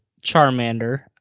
Charmander